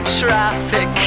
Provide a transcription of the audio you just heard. traffic